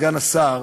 סגן השר,